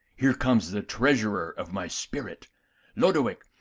here comes the treasurer of my spirit lodowick,